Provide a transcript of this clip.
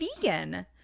vegan